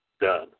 done